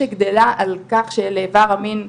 שגדלה על כך שלאיבר המין,